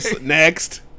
Next